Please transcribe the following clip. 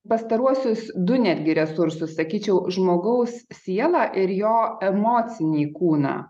pastaruosius du netgi resursus sakyčiau žmogaus sielą ir jo emocinį kūną